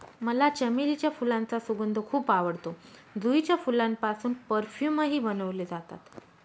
मला चमेलीच्या फुलांचा सुगंध खूप आवडतो, जुईच्या फुलांपासून परफ्यूमही बनवले जातात